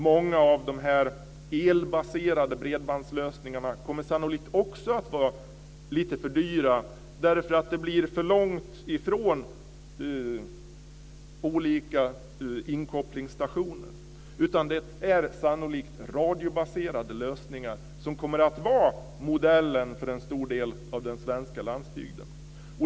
Många av de elbaserade bredbandslösningarna kommer sannolikt också att vara lite för dyra, därför att inkopplingsstationerna kommer att ligga för långt ifrån. Det är sannolikt radiobaserade lösningar som kommer att vara modellen för en stor del av den svenska landsbygden.